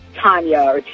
Tanya